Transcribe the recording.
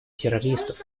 террористов